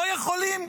לא יכולים?